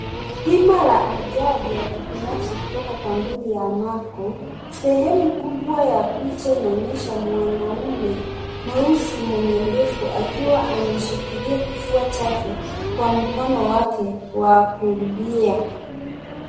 Bima la ajali la kibinafsi kutoka kampuni ya Marco, sehemu kubwa ya picha inaonyesha mwanaume mweusi mwenyendevu akiwa ameshikilia kifua chake, kwa mkono wake wa kulia.